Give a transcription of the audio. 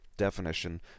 definition